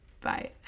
Bye